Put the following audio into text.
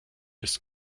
ist